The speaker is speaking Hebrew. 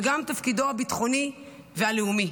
וגם תפקידו הביטחוני והלאומי.